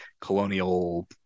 colonial